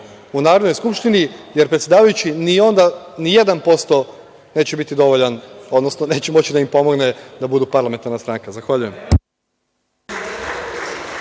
u Narodnoj skupštini, jer predsedavajući, onda ni 1% neće biti dovoljan, odnosno neće moći da im pomogne da budu parlamentarna stranka. Zahvaljujem.